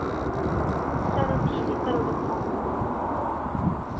चलो ठीक ऐ करी ओड़ेओ फोन